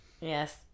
Yes